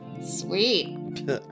Sweet